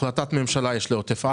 החלטת ממשלה יש לגבי עוטף עזה,